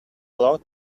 lot